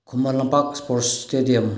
Khuman Lampak sports stadium